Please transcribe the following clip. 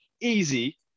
easy